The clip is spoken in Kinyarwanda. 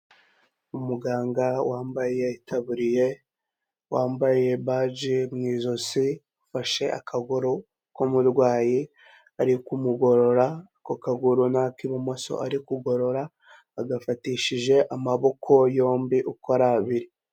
Umuganga wambaye itaburiya wambaye baje mu ijosi, ufashe akaguru k'umurwayi ari kumugorora, ako kaguru ni ak'ibumoso ari kugorora, agafatishije amaboko yombi uko ari abiri.